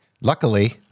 luckily